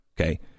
Okay